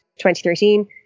2013